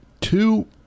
two